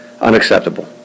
unacceptable